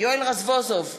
יואל רזבוזוב,